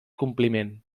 compliment